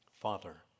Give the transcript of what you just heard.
Father